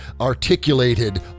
articulated